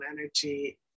energy